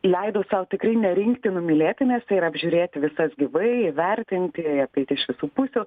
leidau sau tikrai nerinkti numylėtinės tai yra apžiūrėti visas gyvai įvertinti apeiti iš visų pusių